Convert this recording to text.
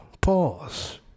Pause